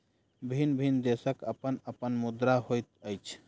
भिन्न भिन्न देशक अपन अपन मुद्रा होइत अछि